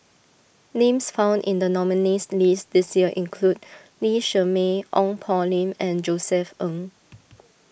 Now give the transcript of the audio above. names found in the nominees' list this year include Lee Shermay Ong Poh Lim and Josef Ng